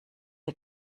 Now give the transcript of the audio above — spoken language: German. dir